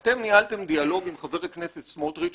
אתם ניהלתם דיאלוג עם חבר הכנסת סמוטריץ',